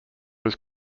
was